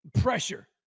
Pressure